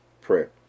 prayer